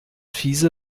fiese